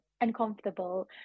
uncomfortable